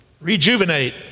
rejuvenate